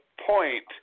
point